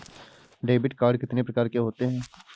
Debit card कितनी प्रकार के होते हैं?